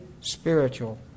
spiritual